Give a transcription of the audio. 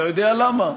אתה יודע למה?